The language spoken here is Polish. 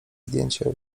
zdjęcia